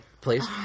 please